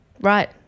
Right